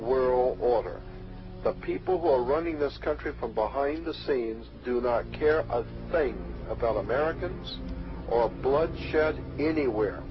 world order the people who are running this country from behind the scenes do not care about americans or bloodshed anywhere